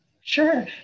Sure